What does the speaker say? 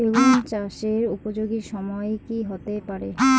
বেগুন চাষের উপযোগী সময় কি হতে পারে?